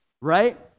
right